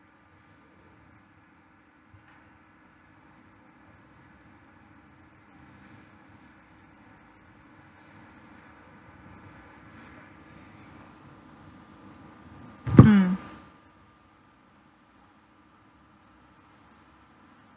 mm